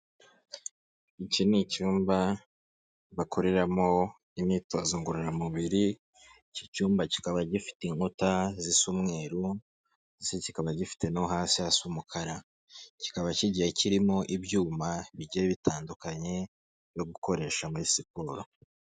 Iki ni icyumba bakoreramo imyitozo ngororamubiri. Iki cyumba kikaba gifite inkuta zisa umweru, ndetse kikaba gifite no hasi hasi umukara. Kikaba kigiye kirimo ibyuma bigiye bitandukanye no gukoresha muri siporo.